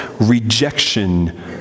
rejection